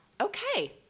okay